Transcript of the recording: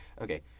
Okay